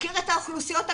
והיכרות של האוכלוסיות הקשות,